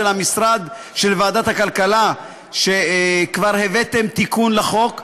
המשרד של ועדת הכלכלה שכבר הבאתם תיקון לחוק,